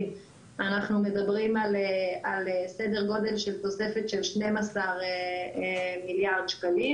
אנחנו מדברים על סדר גודל של תוספת של 12 מיליארד שקלים,